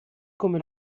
come